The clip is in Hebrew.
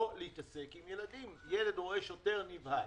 לא להתעסק עם ילדים, ילד רואה שוטר נבהל.